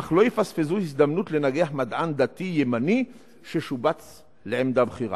אך שלא יפספסו הזדמנות לנגח מדען דתי ימני ששובץ לעמדה בכירה.